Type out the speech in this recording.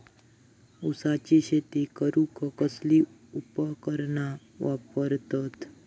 ऊसाची शेती करूक कसली उपकरणा वापरतत?